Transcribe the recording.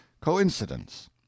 coincidence